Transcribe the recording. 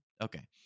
Okay